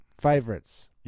Favorites